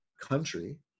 country